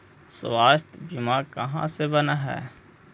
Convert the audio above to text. स्वास्थ्य बीमा कहा से बना है?